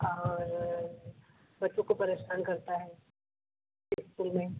और बच्चों को परेशान करता है इस्कूल में